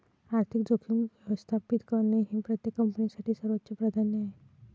आर्थिक जोखीम व्यवस्थापित करणे हे प्रत्येक कंपनीसाठी सर्वोच्च प्राधान्य आहे